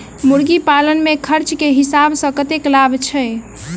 मुर्गी पालन मे खर्च केँ हिसाब सऽ कतेक लाभ छैय?